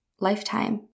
lifetime